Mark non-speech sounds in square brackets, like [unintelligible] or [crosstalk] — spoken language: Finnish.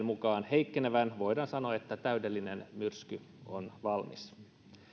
[unintelligible] mukaan heikkenevän voidaan sanoa että täydellinen myrsky on valmis